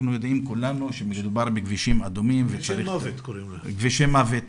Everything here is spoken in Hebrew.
אנחנו יודעים כולנו שמדובר בכבישים אדומים --- "כבישי מוות",